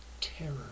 terror